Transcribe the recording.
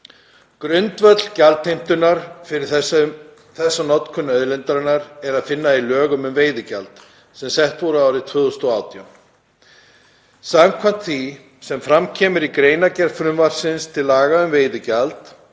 Grundvöll gjaldheimtunnar fyrir þessa notkun auðlindarinnar er að finna í lögum um veiðigjald, sem sett voru árið 2018. Samkvæmt því sem fram kemur í greinargerð frumvarps til laga um veiðigjald